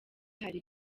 hari